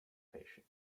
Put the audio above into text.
patient